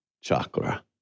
chakra